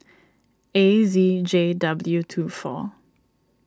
A Z J W two four